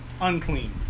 unclean